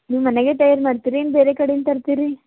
ನೀವು ಮನೆಗೇ ತಯಾರು ಮಾಡ್ತೀರೇನು ಬೇರೆ ಕಡೆಯಿಂದ ತರ್ತೀರಿ